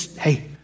hey